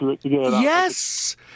Yes